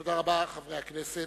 תודה רבה, חברי הכנסת.